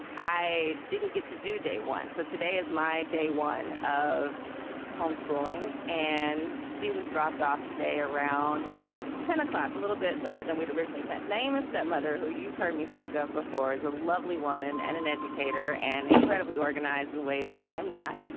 i didn't get to do day one, so today is my day one of homeschooling and she was dropped off today around ten zero. a little bit later than we'd originally planned. namus, the mother who you've heard me speak of before, is a lovely woman and an educator and incredibly organized in ways that i am not.